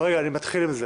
אני מתחיל עם זה,